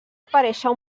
aparèixer